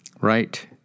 right